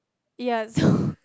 ya so